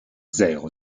zéro